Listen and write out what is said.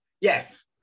Yes